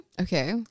Okay